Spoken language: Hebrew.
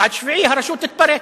צעד שביעי, הרשות תתפרק.